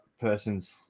person's